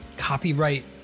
copyright